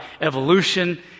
evolution